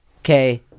Okay